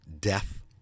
Death